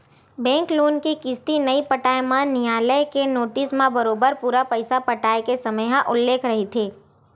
bank loan के किस्ती नइ पटाए म नियालय के नोटिस म बरोबर पूरा पइसा पटाय के समे ह उल्लेख रहिथे